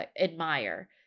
admire